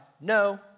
no